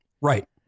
Right